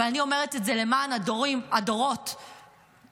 אבל אני אומרת את זה למען הדורות הבאים,